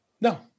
No